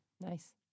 Nice